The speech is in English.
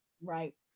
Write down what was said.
Right